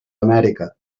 amèrica